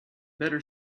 better